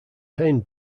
payne